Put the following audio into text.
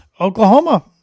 Oklahoma